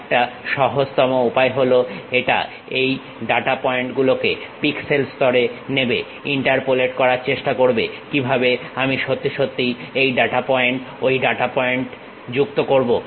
একটা সহজতম উপায় হল এটা এই ডাটা পয়েন্ট গুলোকে পিক্সেল স্তরে নেবে ইন্টারপোলেট করার চেষ্টা করবো কিভাবে আমি সত্যি সত্যি এই ডাটা পয়েন্ট ঐ ডাটা পয়েন্ট যুক্ত করবো